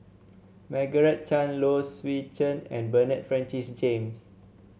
Margaret Chan Low Swee Chen and Bernard Francis James